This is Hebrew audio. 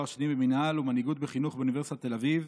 תואר שני במינהל ומנהיגות בחינוך מאוניברסיטת תל אביב